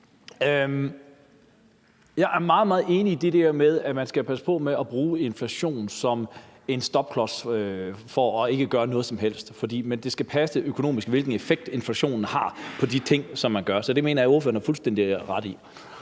meget, meget enig i det der med, at man skal passe på med at bruge inflationen som en stopklods og et argument for ikke at gøre noget som helst. For det skal passe økonomisk, i forhold til hvilken effekt inflationen har på de ting, som man gør. Så det mener jeg at ordføreren har fuldstændig ret i.